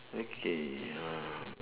okay uh